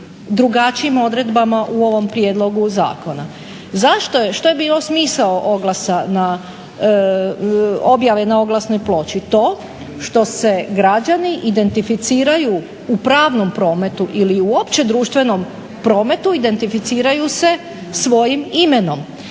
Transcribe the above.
drugačijim odredbama u ovom prijedlogu zakona. Zašto je, što je bilo smisao objave na oglasnoj ploči? To što se građani identificiraju u pravnom prometu ili uopće društvenom prometu identificiraju se svojim imenom,